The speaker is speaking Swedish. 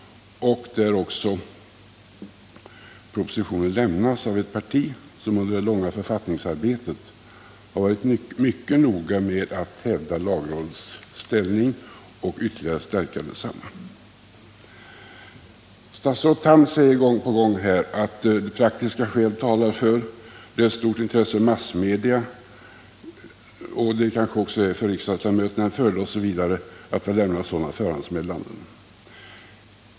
Propositionen lämnas också av ett parti som under det långa författningsarbetet har varit mycket noga med att hävda lagrådets ställning och ytterligare stärka densamma. Statsrådet Tham säger här gång på gång att praktiska skäl talar för att det är ett stort intresse i massmedia, att det kanske också är en fördel för riksdagsledamöterna osv. att få lämna sådana förhandsmeddelanden.